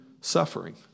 suffering